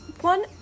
one